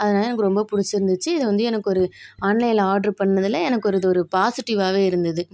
அதனால எனக்கு ரொம்ப பிடிச்சிருந்துச்சி இது வந்து எனக்கு ஒரு ஆன்லைன் ஆட்ரு பண்ணதில் எனக்கு ஒரு இது ஒரு பாசிட்டிவாகவே இருந்தது